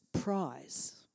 prize